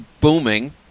booming